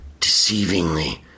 deceivingly